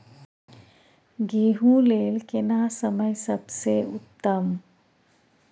गेहूँ लेल केना समय सबसे उत्तम?